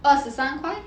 二十三块